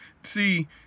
See